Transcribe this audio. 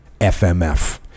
FMF